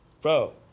Bro